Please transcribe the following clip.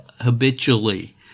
habitually